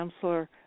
counselor